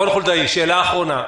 רון חולדאי, שאלה האחרונה.